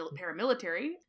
paramilitary